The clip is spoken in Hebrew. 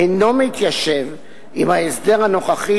אינו מתיישב עם ההסדר הנוכחי,